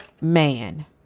man